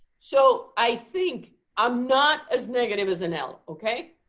so i think i'm not as negative as an l, ok?